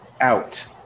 out